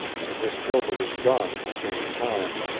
and miss gilbert is gone at the same time,